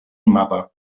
mapa